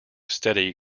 steady